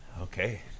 Okay